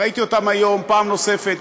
וראיתי אותם היום פעם נוספת,